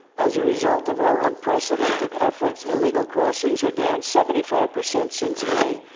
as a result of our unprecedented efforts, illegal crossings are down seventy five percent since may,